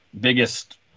biggest